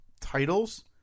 titles